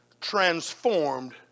transformed